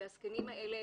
והזקנים האלה,